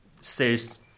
says